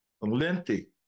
Lengthy